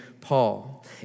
Paul